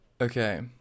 okay